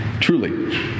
Truly